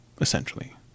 essentially